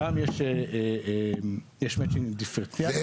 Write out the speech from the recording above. גם יש מצ'ינג דיפרנציאלי.